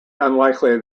unlikely